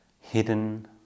hidden